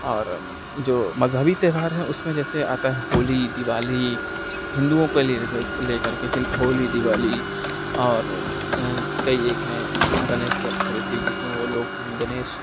اور جو مذہبی تہوار ہیں اس میں جیسے آتا ہے ہولی دیوالی ہندوؤں کو لے کر کے ہولی دیوالی اور کئی ایک ہیں گنیش چترتھی جس میں وہ لوگ گنیش